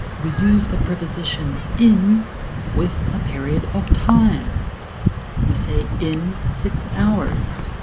we use the preposition in with a period of time we say in six hours,